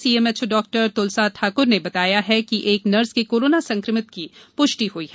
CMHO doctor Tulsa Thakur ने बताया है कि एक नर्स के कोरोना संक्रमित की पुष्टि हुई हैं